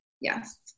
yes